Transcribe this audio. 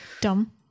Dumb